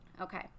Okay